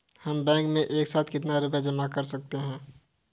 हम बैंक में एक साथ कितना रुपया जमा कर सकते हैं?